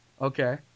Okay